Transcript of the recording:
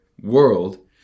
world